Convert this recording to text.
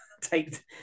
take